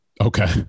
Okay